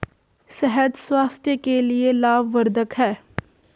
शहद स्वास्थ्य के लिए लाभवर्धक है